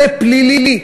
זה פלילי.